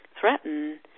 threaten